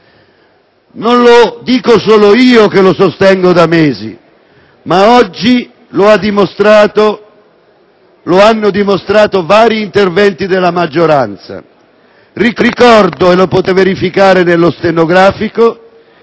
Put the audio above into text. Non lo dico solo io, che lo sostengo da mesi, ma oggi lo hanno dimostrato vari interventi dei senatori della maggioranza. Ricordo, e lo potete verificare nel Resoconto stenografico,